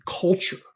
culture